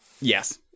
Yes